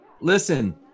Listen